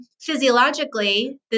physiologically